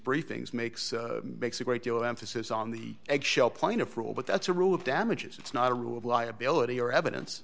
briefings makes makes a great deal of emphasis on the eggshell plaintiff rule but that's a rule of damages it's not a rule of law ability or evidence